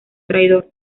traidor